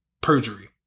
perjury